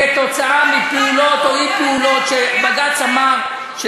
מפעולות או אי-פעולות שבג"ץ אמר.